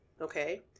okay